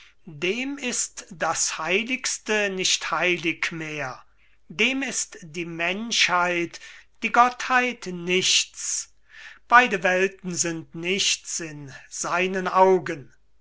dem ist das heiligste nicht heilig mehr dem ist die menschheit die gottheit nichts beide welten sind nichts in seinen augen